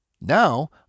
now